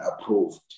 approved